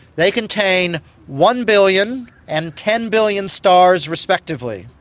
they contain one billion and ten billion stars respectively,